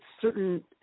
certain